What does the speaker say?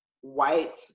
white